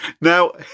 Now